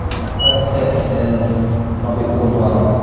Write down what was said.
my first pick is bobby caldwell,